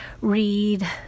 read